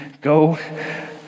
go